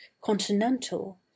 continental